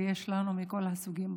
ויש לנו מכל הסוגים,